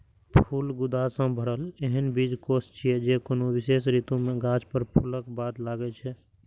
फल गूदा सं भरल एहन बीजकोष छियै, जे कोनो विशेष ऋतु मे गाछ पर फूलक बाद लागै छै